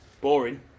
Boring